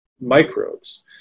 microbes